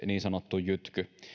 niin sanotun jytkyn